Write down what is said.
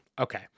Okay